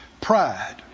pride